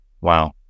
wow